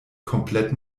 komplett